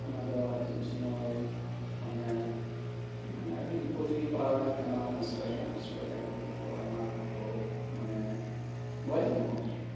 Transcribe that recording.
ᱚᱱᱟ ᱫᱚ ᱦᱤᱡᱩᱜ ᱥᱩᱢᱟᱹᱭ ᱢᱟᱱᱮ ᱢᱟᱱᱮ ᱟᱰᱤ ᱵᱤᱯᱚᱫᱽ ᱨᱮᱜᱮ ᱯᱟᱲᱟᱣ ᱞᱮᱱ ᱛᱟᱦᱮᱸ ᱚᱱᱟ ᱫᱚ ᱱᱚᱥᱴᱚᱭ ᱱᱟ ᱱᱚᱥᱴᱚ ᱠᱟᱛᱮᱜ ᱱᱩᱠᱩ ᱫᱚᱠᱚ ᱟᱭᱢᱟ ᱠᱚ ᱢᱟᱱᱮ ᱜᱚᱡ ᱱᱟᱠᱚ